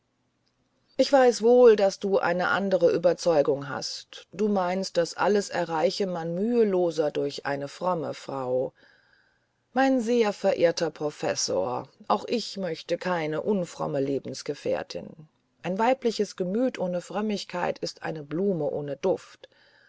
ich weiß wohl daß du eine andere ueberzeugung hast du meinst das alles erreiche man müheloser durch eine fromme frau mein sehr verehrter professor auch ich möchte keine unfromme lebensgefährtin ein weibliches gemüt ohne frömmigkeit ist eine blume ohne duft